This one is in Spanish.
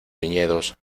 viñedos